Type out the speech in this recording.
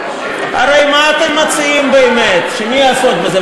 הרי מה אתם מציעים באמת, שמי יעסוק בזה?